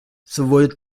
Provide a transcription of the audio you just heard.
sowohl